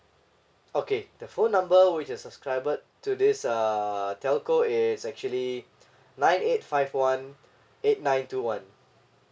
okay the phone number which I subscribed to this err telco is actually nine eight five one eight nine two one